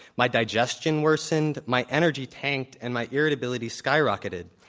my digestion worsened, my energy tanked, and my irritability skyrocketed.